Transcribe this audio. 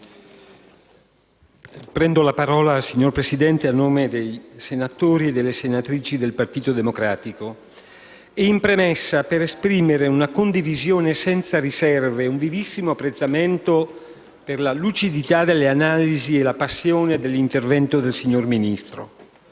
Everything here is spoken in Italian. prendo la parola a nome dei senatori e delle senatrici del Partito Democratico e in premessa intendo esprimere una condivisione senza riserve, nonché un vivissimo apprezzamento per la lucidità delle analisi e la passione dell'intervento del signor Ministro.